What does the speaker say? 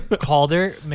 Calder